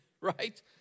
right